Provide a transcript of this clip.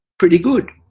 pretty good.